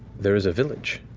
there is a village.